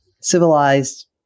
civilized